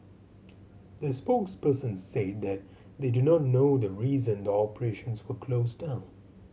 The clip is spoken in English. the spokesperson said that they do not know the reason the operations were closed down